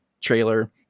trailer